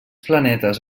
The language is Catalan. planetes